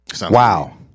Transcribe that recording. wow